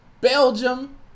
Belgium